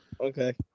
Okay